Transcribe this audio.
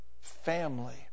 family